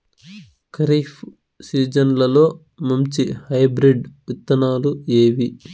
ఖరీఫ్ సీజన్లలో మంచి హైబ్రిడ్ విత్తనాలు ఏవి